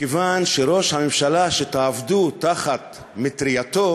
מכיוון שראש הממשלה שתעבדו תחת מטרייתו